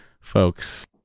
folks